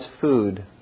food